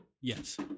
Yes